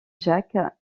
jack